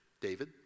David